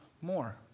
more